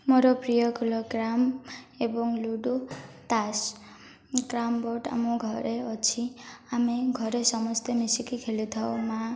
ମୋର ପ୍ରିୟ ଖେଳ କ୍ୟାରମ୍ ଏବଂ ଲୁଡ଼ୋ ତାସ୍ କ୍ୟାରମ୍ ବୋର୍ଡ଼ ଆମ ଘରେ ଅଛି ଆମେ ଘରେ ସମସ୍ତେ ମିଶିକି ଖେଳୁ ଥାଉ ମା